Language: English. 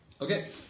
Okay